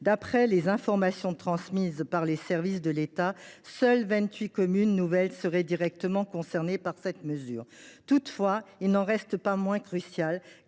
D’après les informations transmises par les services de l’État, seules vingt huit communes nouvelles seraient directement concernées par cette mesure. Toutefois, il n’en reste pas moins crucial,